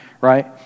right